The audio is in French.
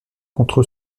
contre